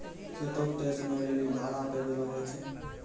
खेतो के तय समयो लेली भाड़ा पे देलो जाय छै